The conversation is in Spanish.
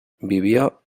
vivió